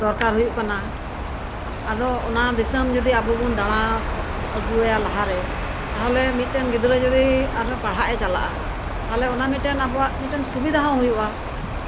ᱫᱚᱨᱠᱟᱨ ᱦᱩᱭᱩᱜ ᱠᱟᱱᱟ ᱟᱫᱚ ᱚᱱᱟ ᱫᱤᱥᱚᱢ ᱡᱩᱫᱤ ᱟᱵᱚ ᱵᱚ ᱫᱟᱲᱟ ᱟᱹᱜᱩᱭᱟ ᱞᱟᱦᱟᱨᱮ ᱛᱟᱦᱚᱞᱮ ᱢᱤᱫᱴᱮᱱ ᱜᱤᱫᱽᱨᱟᱹ ᱡᱩᱫᱤ ᱟᱨᱦᱚᱸ ᱯᱟᱲᱦᱟᱜ ᱮ ᱪᱟᱞᱟᱜᱼᱟ ᱛᱟᱦᱚᱞᱮ ᱚᱱᱟ ᱢᱤᱫᱴᱮᱱ ᱟᱵᱚᱭᱟᱜ ᱢᱤᱫᱴᱮᱱ ᱥᱩᱵᱤᱫᱟ ᱦᱚᱸ ᱦᱩᱭᱩᱜᱼᱟ